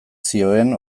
zioen